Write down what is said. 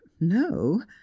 No